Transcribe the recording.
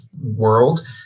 world